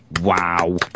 Wow